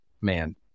man